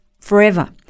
forever